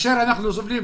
כאשר אנחנו סובלים,